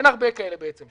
אין הרבה כאלה בעצם.